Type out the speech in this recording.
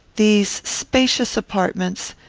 these spacious apartments,